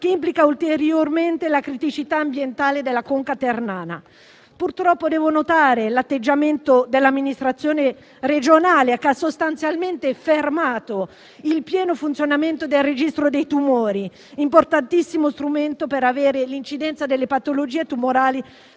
che complica ulteriormente la criticità ambientale della conca ternana. Purtroppo, devo notare l'atteggiamento dell'amministrazione regionale, che ha sostanzialmente fermato il pieno funzionamento del registro dei tumori, importantissimo strumento per avere l'incidenza delle patologie tumorali